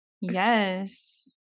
Yes